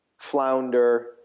Flounder